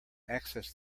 access